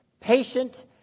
Patient